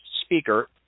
speaker